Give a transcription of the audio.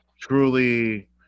truly